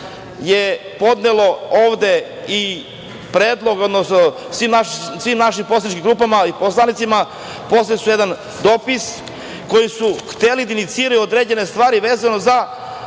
je podnelo ovde i predlog svim našim poslaničkim grupama i poslanicima, poslali su jedan dopis, kojim su hteli da iniciraju određene stvari vezano za